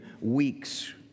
weeks